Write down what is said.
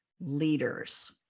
leaders